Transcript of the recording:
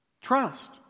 Trust